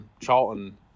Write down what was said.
Charlton